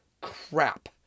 crap